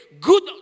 good